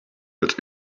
but